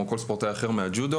או כל ספורטאי אחר מהג'ודו,